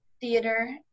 theater